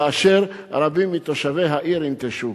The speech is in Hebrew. ורבים מתושבי העיר ינטשו.